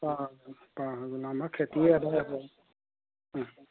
অ অ অ অ খেতি ও